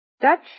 Dutch